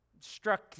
Struck